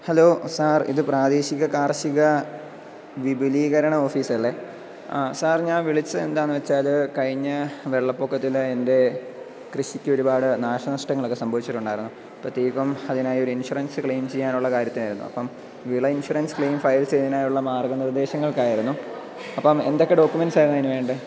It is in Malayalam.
ഹലോ സാർ ഇത് പ്രാദേശിക കാർഷിക വിപുലീകരണ ഓഫീസ് അല്ലേ ആ സാർ ഞാൻ വിളിച്ചതെന്താണെന്ന് വച്ചാൽ കഴിഞ്ഞ വെള്ളപ്പൊക്കത്തിൽ എൻ്റെ കൃഷിക്ക് ഒരുപാട് നാശ നഷ്ടങ്ങളൊക്കെ സംഭവിച്ചിട്ടുണ്ടായിരുന്നു അപ്പോഴത്തേക്കും അതിനായി ഒരു ഇൻഷുറൻസ് ക്ലെയിം ചെയ്യാനുള്ള കാര്യത്തിനായിരുന്നു അപ്പം വിള ഇൻഷുറൻസ് ക്ലെയിം ഫയൽ ചെയ്യാനായുള്ള മാർഗ്ഗ നിർദേശങ്ങൾക്ക് ആയിരുന്നു അപ്പം എന്തൊക്കെ ഡോക്യൂമെൻസാണ് അതിന് വേണ്ടത്